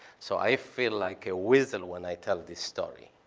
so i feel like a weasel when i tell this story.